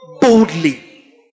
boldly